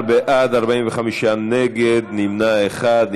11 בעד, 45 נגד, נמנע אחד.